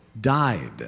died